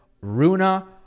Runa